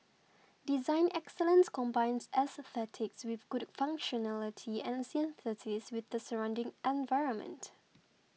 design excellence combines aesthetics with good functionality and synthesis with the surrounding environment